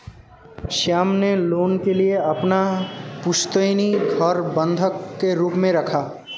श्याम ने लोन के लिए अपना पुश्तैनी घर बंधक के रूप में रखा